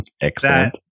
Excellent